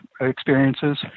experiences